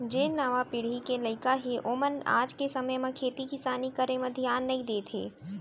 जेन नावा पीढ़ी के लइका हें ओमन आज के समे म खेती किसानी करे म धियान नइ देत हें